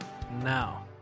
now